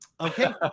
Okay